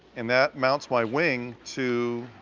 and that mounts my wing to